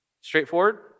Straightforward